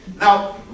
Now